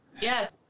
Yes